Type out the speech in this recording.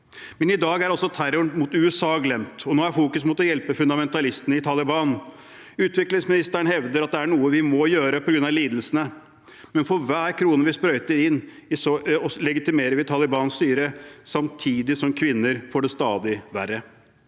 I dag er også terroren mot USA glemt, og fokuset er nå rettet mot å hjelpe fundamentalistene i Taliban. Utviklingsministeren hevder det er noe vi må gjøre på grunn av lidelsene, men for hver krone vi sprøyter inn, legitimerer vi Talibans styre samtidig som kvinner får det stadig verre.